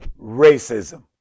racism